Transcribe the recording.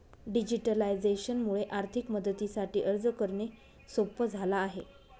digitalisation मुळे आर्थिक मदतीसाठी अर्ज करणे सोप झाला आहे